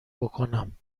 بکنم